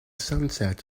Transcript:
sunset